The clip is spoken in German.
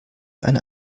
eine